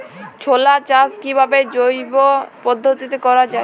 ছোলা চাষ কিভাবে জৈব পদ্ধতিতে করা যায়?